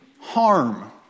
harm